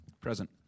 Present